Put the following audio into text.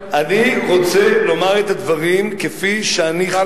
אני רוצה לומר את הדברים כפי שאני חש אותם,